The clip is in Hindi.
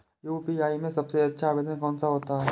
यू.पी.आई में सबसे अच्छा आवेदन कौन सा होता है?